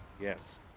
Yes